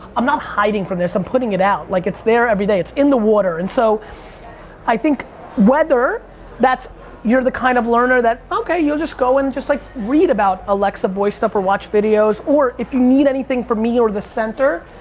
i'm not hiding from this. i'm putting it out. like it's there everyday. it's in the water and so i think whether that's you're the kind of learner that okay, you'll just go and like read about alexa voice stuff or watch videos or if you need anything from me or the center,